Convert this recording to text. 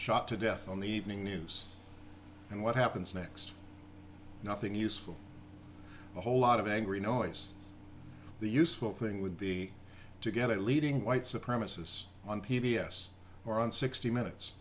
shot to death on the evening news and what happens next nothing useful a whole lot of angry no it's the useful thing would be to get it leading white supremacists on p b s or on sixty minutes